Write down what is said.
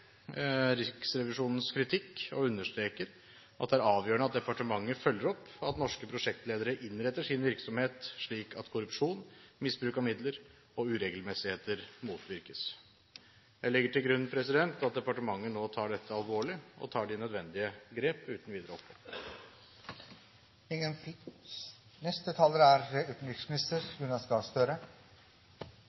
Riksrevisjonens kritikk og understreker at det er avgjørende at departementet følger opp at norske prosjektledere innretter sin virksomhet slik at korrupsjon, misbruk av midler og uregelmessigheter motvirkes. Jeg legger til grunn at departementet nå tar dette alvorlig og tar de nødvendige grep uten videre opphold. Dette er